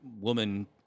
woman